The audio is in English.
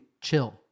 chill